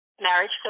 marriage